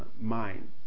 mind